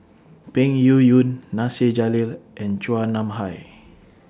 Peng Yuyun Nasir Jalil and Chua Nam Hai